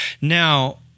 now